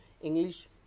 English